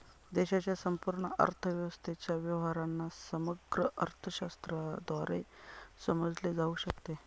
देशाच्या संपूर्ण अर्थव्यवस्थेच्या व्यवहारांना समग्र अर्थशास्त्राद्वारे समजले जाऊ शकते